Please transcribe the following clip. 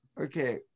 okay